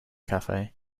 cafe